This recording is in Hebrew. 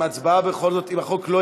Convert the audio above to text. אני מקווה שהחוק יעבור.